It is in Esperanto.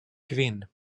kvin